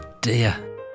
dear